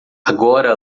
agora